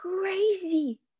crazy